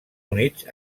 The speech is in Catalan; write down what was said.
units